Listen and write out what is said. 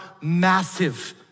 massive